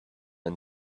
and